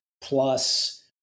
plus